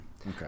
okay